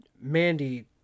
Mandy